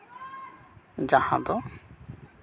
ᱡᱟᱦᱟᱸ ᱫᱚ